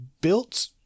built